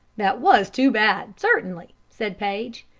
that was too bad, certainly, said paige.